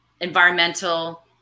environmental